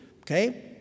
okay